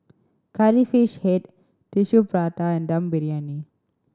Curry Fish Head Tissue Prata and Dum Briyani